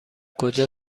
کجا